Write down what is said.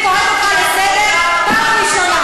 אני קוראת אותך לסדר פעם ראשונה.